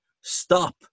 stop